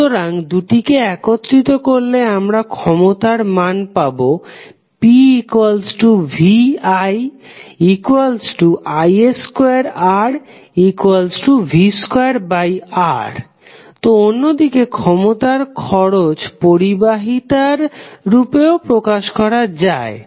সুতরাং দুটিকে একত্রিত করলে আমরা ক্ষমতার মান পাবো pvii2Rv2R তো অন্যদিকে ক্ষমতার খরচ পরিবাহিতার রূপেও প্রকাশ করা যায়